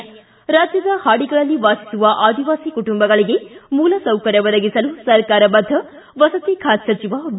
ಿಗಿ ರಾಜ್ಯದ ಹಾಡಿಗಳಲ್ಲಿ ವಾಸಿಸುವ ಆದಿವಾಸಿ ಕುಟುಂಬಗಳಗೆ ಮೂಲಸೌಕರ್ಯ ಒದಗಿಸಲು ಸರ್ಕಾರ ಬದ್ದ ವಸತಿ ಖಾತೆ ಸಚಿವ ವಿ